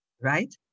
right